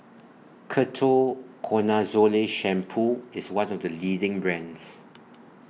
Ketoconazole Shampoo IS one of The leading brands